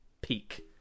peak